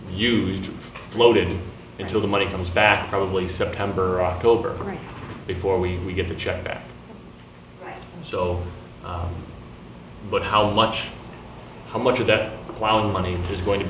used floated into the money comes back probably september or october right before we get the check back so but how much how much of that clown money is going to